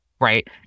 right